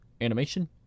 animation